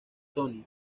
tony